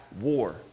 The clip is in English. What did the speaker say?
war